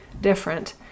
different